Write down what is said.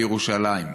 בירושלים.